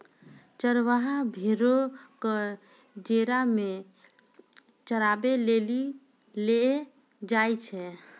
चरबाहा भेड़ो क जेरा मे चराबै लेली लै जाय छै